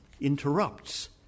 interrupts